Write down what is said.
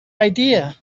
idea